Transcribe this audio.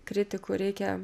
kritiku reikia